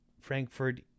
Frankfurt